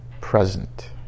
present